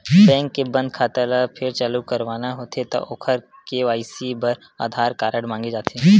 bank के बंद खाता ल फेर चालू करवाना होथे त ओखर के.वाई.सी बर आधार कारड मांगे जाथे